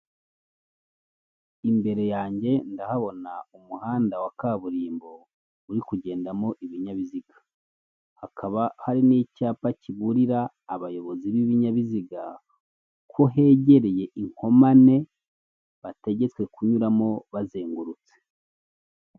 Imbere yanjye ndahabona umuhanda wa kaburimbo, uri kugendamo ibinyabiziga. Hakaba hari n'icyapa kiburira abayobozi b'ibinyabiziga ko hegereye inkomane bategetswe kunyuramo bazengurutse.